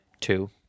two